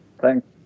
thanks